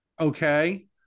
okay